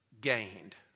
gained